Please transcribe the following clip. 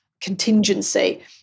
contingency